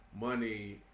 money